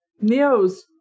Neo's